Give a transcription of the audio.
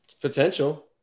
Potential